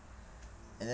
and then